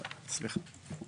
סליחה.